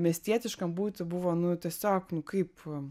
miestietiškam būti buvo nu tiesiog nu kaip